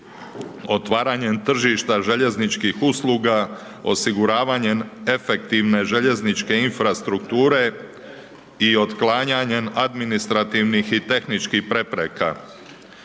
Otvaranjem tržišta željezničkih usluga, osiguravanjem efektivne željezničke infrastrukture i otklanjanjem administrativnih i tehničkih prepreka.